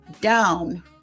down